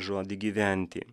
žodį gyventi